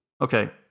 Okay